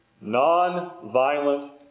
Non-violent